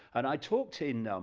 and i talked in um